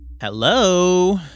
Hello